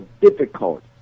difficult